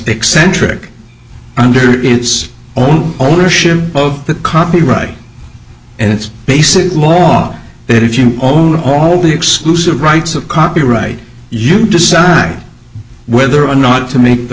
eccentric under its own ownership of the copyright and it's basic law that if you own all the exclusive rights of copyright you decide whether or not to make the